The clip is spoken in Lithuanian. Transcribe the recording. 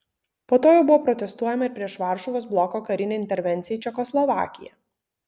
po to jau buvo protestuojama ir prieš varšuvos bloko karinę intervenciją į čekoslovakiją